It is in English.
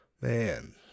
Man